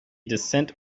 descent